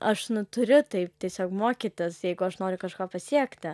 aš nu turiu taip tiesiog mokytis jeigu aš noriu kažko pasiekti